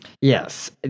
Yes